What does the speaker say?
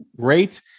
Great